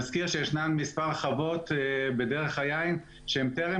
מזכיר שישנן מספר חוות בדרך היין שהם טרם